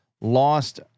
lost